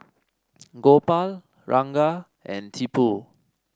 Gopal Ranga and Tipu